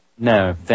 No